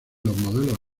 modelos